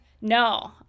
no